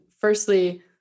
firstly